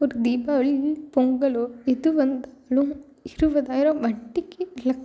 ஒரு தீபாவளி பொங்கல் எது வந்தாலும் இருபதாயரம் வட்டிக்கு ட்ரெஸ்